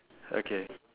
okay